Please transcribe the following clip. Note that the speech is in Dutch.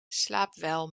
slaapwel